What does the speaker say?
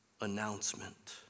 announcement